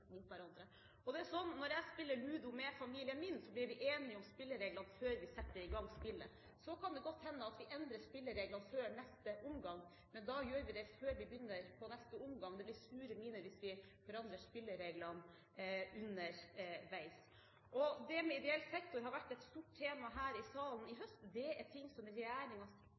mot hverandre. Når jeg spiller Ludo med familien min, blir vi enige om spillereglene før vi setter i gang spillet. Så kan det godt hende at vi endrer spillereglene før neste omgang, men da gjør vi det før vi begynner på neste omgang. Det blir sure miner hvis vi forandrer spillereglene underveis. Det med ideell sektor har vært et stort tema her i salen i høst. Det er